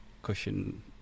cushion